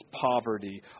poverty